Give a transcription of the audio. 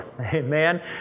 Amen